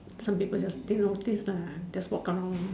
some people just didn't noticed lah just walk around loh